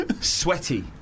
sweaty